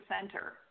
center